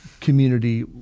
community